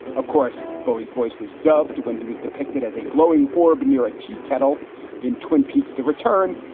of course, bowie's voice was dubbed when he was depicted as a glowing orb near a teakettle in twin peaks. the return.